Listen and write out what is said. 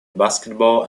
basketball